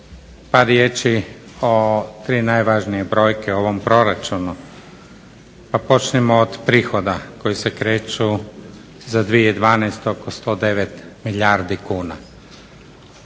Par riječi o tri najvažnije brojke o ovom proračunu, pa počnimo od prihoda koji se kreću za 2012. Oko 109 milijardi kuna.